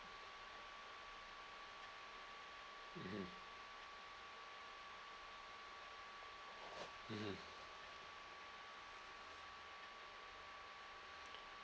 mmhmm mmhmm